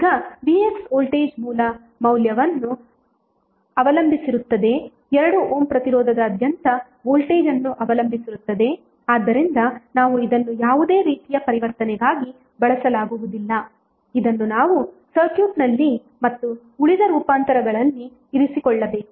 ಈಗ vx voltage ಮೂಲ ಮೌಲ್ಯವನ್ನು ಅವಲಂಬಿಸಿರುತ್ತದೆ 2 ಓಮ್ ಪ್ರತಿರೋಧದಾದ್ಯಂತದ ವೋಲ್ಟೇಜ್ ಅನ್ನು ಅವಲಂಬಿಸಿರುತ್ತದೆ ಆದ್ದರಿಂದ ನಾವು ಇದನ್ನು ಯಾವುದೇ ರೀತಿಯ ಪರಿವರ್ತನೆಗಾಗಿ ಬಳಸಲಾಗುವುದಿಲ್ಲ ಇದನ್ನು ನಾವು ಸರ್ಕ್ಯೂಟ್ನಲ್ಲಿ ಮತ್ತು ಉಳಿದ ರೂಪಾಂತರಗಳಲ್ಲಿ ಇರಿಸಿಕೊಳ್ಳಬೇಕು